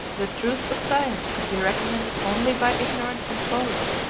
the truths of science could be recommended only by ignorance and folly,